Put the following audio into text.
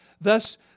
Thus